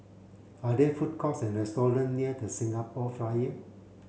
are there food courts and restaurants near The Singapore Flyer